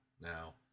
now